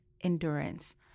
endurance